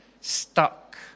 Stuck